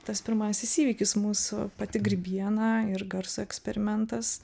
tas pirmasis įvykis mūsų pati grybiena ir garso eksperimentas